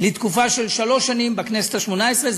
לתקופה של שלוש שנים בכנסת השמונה-עשרה.